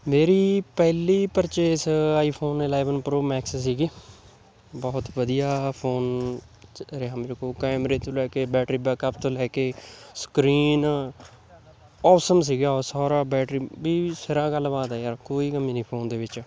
ਮੇਰੀ ਪਹਿਲੀ purchase iPhone eleven Pro Max ਸੀਗੀ ਬਹੁਤ ਵਧੀਆ ਫੋਨ ਰਿਹਾ ਮੇਰੇ ਕੋਲ ਕੈਮਰੇ ਤੋਂ ਲੈ ਕੇ ਬੈਟਰੀ ਬੈਕਅਪ ਤੋਂ ਲੈ ਕੇ ਸਕਰੀਨ ਔਸਮ ਸੀਗਾ ਸਾਰਾ ਬੈਟਰੀ ਵੀ ਸਿਰਾ ਗੱਲਬਾਤ ਆ ਯਾਰ ਕੋਈ ਕਮੀ ਨਹੀਂ ਫੋਨ ਦੇ ਵਿੱਚ